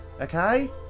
Okay